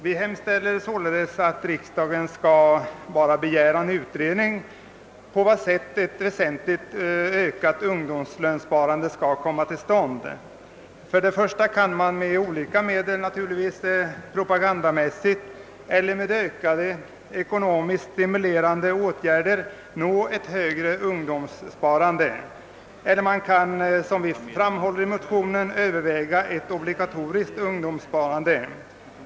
Vi hemställer således endast att riksdagen skall begära en utredning beträffande på vad sätt ett väsentligt ökat ungdomslönsparande skall komma till stånd. Antingen kan man med olika medel — propaganda eller ökade ekonomiskt stimulerande åtgärder — uppnå ett ökat ungdomslönsparande eller, som vi framhåller i motionerna, överväga ett obligatoriskt ungdomssparande.